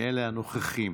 מאלה הנוכחים,